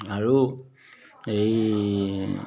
আৰু এই